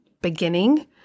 beginning